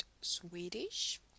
Swedish